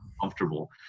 comfortable